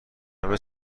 همه